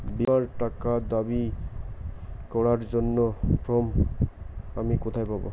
বীমার টাকা দাবি করার ফর্ম আমি কোথায় পাব?